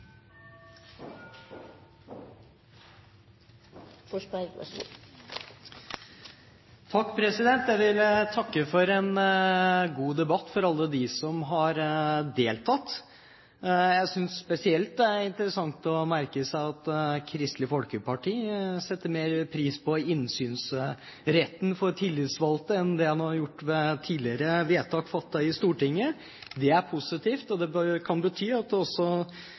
for en god debatt. Jeg synes spesielt det er interessant å merke seg at Kristelig Folkeparti setter mer pris på innsynsretten for tillitsvalgte enn det en har gjort ved tidligere vedtak fattet i Stortinget. Det er positivt, og det kan bety at det også blir mer åpenbart for de borgerlige partiene at dette problemet trenger sterke virkemidler. Jeg er også